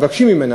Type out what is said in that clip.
מבקשים ממנה.